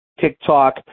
TikTok